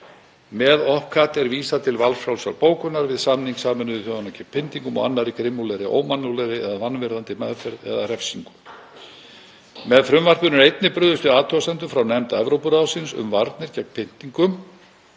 Með OPCAT er vísað til valfrjálsrar bókunar við samning Sameinuðu þjóðanna gegn pyndingum og annarri grimmilegri, ómannúðlegri eða vanvirðandi meðferð eða refsingu. Með frumvarpinu er einnig brugðist við athugasemdum frá nefnd Evrópuráðsins um varnir gegn pyntingum.